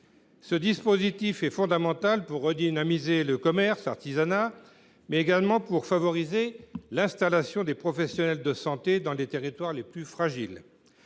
Ce dispositif est fondamental, non seulement pour redynamiser le commerce et l’artisanat, mais aussi pour favoriser l’installation des professionnels de santé dans les territoires les plus fragiles.